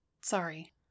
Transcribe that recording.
sorry